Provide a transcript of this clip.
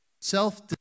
self